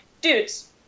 dudes